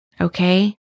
Okay